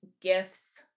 gifts